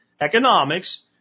economics